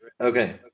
Okay